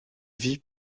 vit